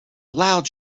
loud